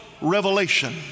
revelation